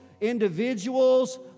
individuals